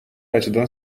açıdan